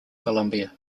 colombia